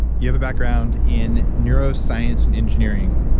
you have a background in neuroscience and engineering.